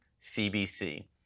CBC